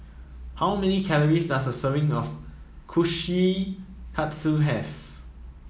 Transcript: how many calories does a serving of Kushikatsu have